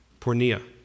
Pornea